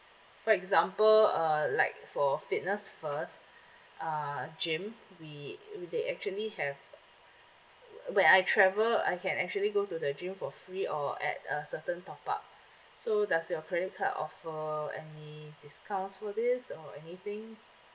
for example uh like for fitness first uh gym we we they actually have when I travel I can actually go to the gym for free or at a certain top up so does your credit card offer any discounts for this or anything